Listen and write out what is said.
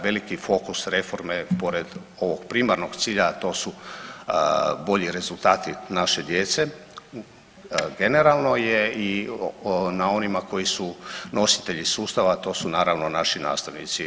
Veliki fokus reforme pored ovog primarnog cilja, a to su bolji rezultati naše djece, generalno je i na onima koji su nositelji sustava, to su naravno naši nastavnici.